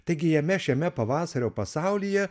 taigi jame šiame pavasario pasaulyje